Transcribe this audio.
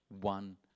One